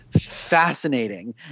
fascinating